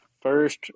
first